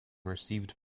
received